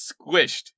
squished